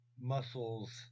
muscles